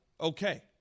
okay